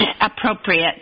appropriate